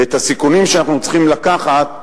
ואת הסיכונים שאנחנו צריכים לקחת,